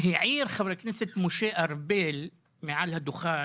העיר חבר הכנסת משה ארבל מעל הדוכן,